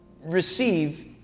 receive